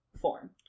form